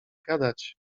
gadać